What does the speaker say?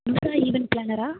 event ப்ளானரா